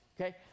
okay